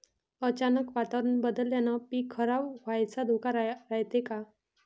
अचानक वातावरण बदलल्यानं पीक खराब व्हाचा धोका रायते का?